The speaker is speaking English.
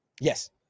Yes